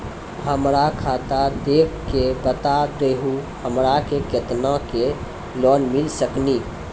हमरा खाता देख के बता देहु हमरा के केतना के लोन मिल सकनी?